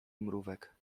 mrówek